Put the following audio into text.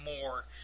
more